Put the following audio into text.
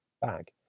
bag